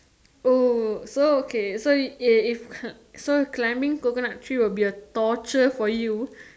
oh so okay so climbing coconut tree would be a torture for you